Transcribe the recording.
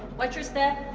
watch your step.